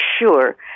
sure